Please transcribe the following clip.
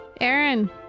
Aaron